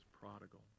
prodigal